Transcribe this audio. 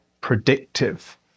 predictive